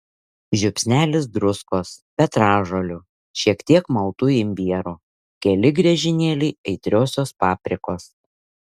žiupsnelis druskos petražolių šiek tiek maltų imbierų keli griežinėliai aitriosios paprikos